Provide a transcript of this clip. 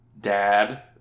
dad